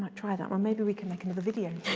try that one, maybe we can make another video.